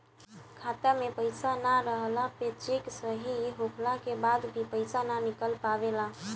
खाता में पईसा ना रहला पे चेक सही होखला के बाद भी पईसा ना निकल पावेला